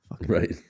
Right